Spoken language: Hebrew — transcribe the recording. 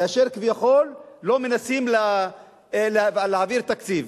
כאשר כביכול לא מנסים להעביר תקציב,